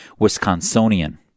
Wisconsinian